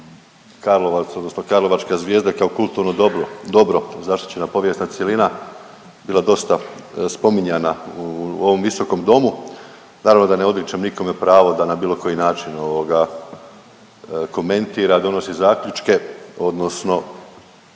Karlovačka Zvijezda kao kulturno dobro zaštićena povijesna cjelina bila dosta spominjanja u ovom visokom domu. Naravno da ne odričem nikome pravo da na bilo koji način komentira, donosi zaključke odnosno